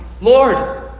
Lord